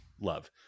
Love